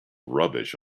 rubbish